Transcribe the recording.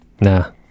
Nah